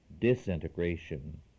Disintegration